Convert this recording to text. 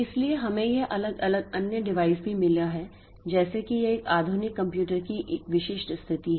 इसलिए हमें यह अलग अलग अन्य डिवाइस भी मिला है जैसे कि यह एक आधुनिक कंप्यूटर की एक विशिष्ट स्थिति है